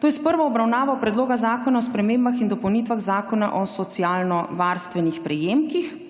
to je s prvo obravnavo Predloga zakona o spremembah in dopolnitvah Zakona o socialno varstvenih prejemkih.